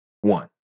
One